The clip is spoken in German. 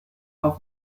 auf